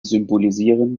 symbolisieren